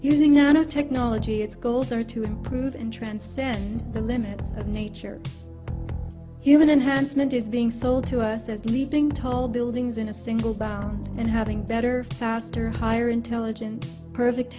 using nanotechnology its goals are to improve and transcend the limits of nature human enhancement is being sold to us as leaping tall buildings in a single bound and having better faster higher intelligence perfect